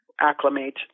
Acclimate